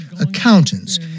accountants